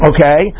Okay